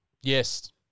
Yes